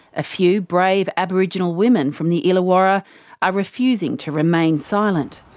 a few brave aboriginal women from the illawarra are refusing to remain silent.